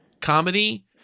comedy